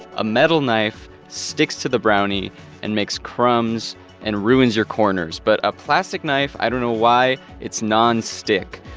a metal knife sticks to the brownie and makes crumbs and ruins your corners. but a plastic knife i don't know why it's nonstick.